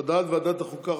הודעת ועדת החוקה,